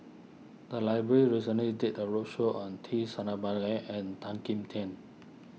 the library recently did a roadshow on T Sasitharan and Tan Kim Tian